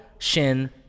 Shin